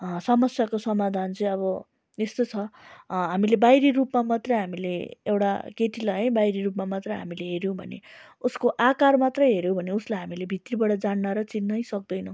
समस्याको समाधान चाहिँ अब यस्तो छ हामीले बाहिरी रूपमा मात्र हामीले एउटा केटीलाई है बाहिरी रूपमा मात्र हामीले हेऱ्यौँ भने उसको आकार मात्र हेऱ्यौँ भने उसलाई हामीले भित्रीबाटड जान्न र चिन्नै सक्दैनौँ